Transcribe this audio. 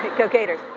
go gators.